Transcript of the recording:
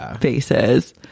faces